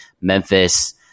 Memphis